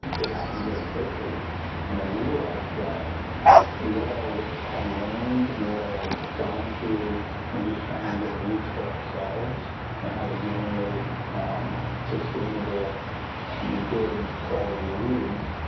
it happened very quickly and i realized that what i had learned and what i had gone through and just trying to get leads for ourselves and how to generate sustainable good quality leads